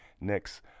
next